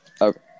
Okay